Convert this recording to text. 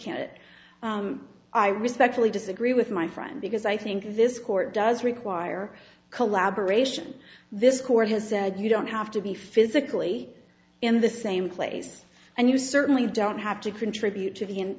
candidate i respectfully disagree with my friend because i think this court does require collaboration this court has said you don't have to be physically in the same place and you certainly don't have to contribute to